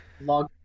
log